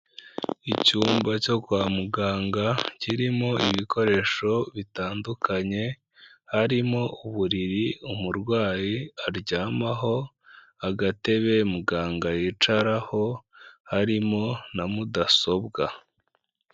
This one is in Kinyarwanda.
Icyumba cyo kwa muganga kirimo ibikoresho bitandukanye, harimo uburiri umurwayi aryamaho, agatebe muganga yicaraho harimo na mudasobwa.